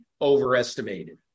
overestimated